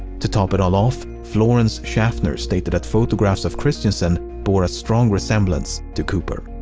to top it all off, florence schaffner stated that photographs of christiansen bore a strong resemblance to cooper.